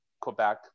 Quebec